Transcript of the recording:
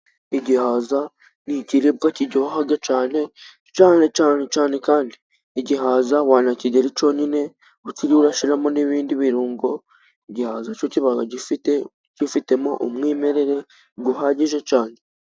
Igihaza ni ikiribwa kiryoha cyane, cyane cyane cyane kandi, igihaza wakirya ari cyonyine, utirwe urashiramo n'ibindi birungo, igihaza cyo kiba gifite, gifitemo umwimerere uhagije cyane.